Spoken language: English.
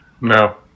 no